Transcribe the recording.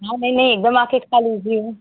हाँ नहीं नहीं एक दम आकर खा लीजिए